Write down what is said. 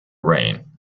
rain